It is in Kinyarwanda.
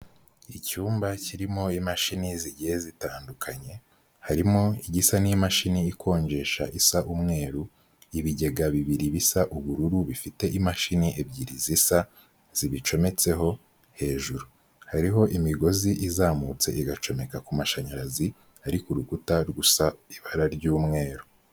Icyumba kirimo imashini zigiye zitandukanye harimo igisa n'imashi ikonjesha isa umweru, ibigega bibiri bisa ubururu, bifite imashini ebyiri zisa zibicometseho hejuru, hariho imigozi izamutse igacomeka ku mashanyarazi ariko urukuta rsa ibara ry'umweru.